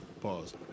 Pause